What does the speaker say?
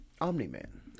Omni-Man